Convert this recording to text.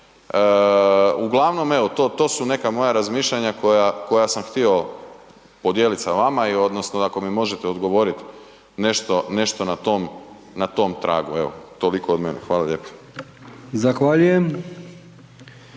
Uglavnom evo to, to su neka moja razmišljanja koja, koja sam htio podijelit sa vama i odnosno ako mi možete odgovorit nešto, nešto na tom, na tom tragu, evo toliko od mene. Hvala lijepo. **Brkić,